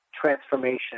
Transformation